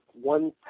one